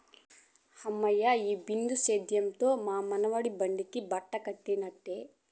హమ్మయ్య, ఈ బిందు సేద్యంతో మా నారుమడి బతికి బట్టకట్టినట్టే